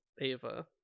Ava